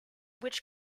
which